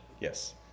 yes